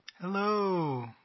Hello